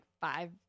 five